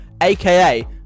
aka